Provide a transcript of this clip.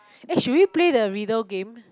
eh should we play the riddle game